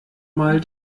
mal